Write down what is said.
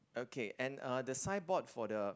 okay and uh the signboard for the